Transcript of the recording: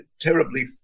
terribly